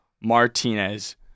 Martinez